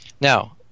Now